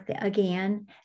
again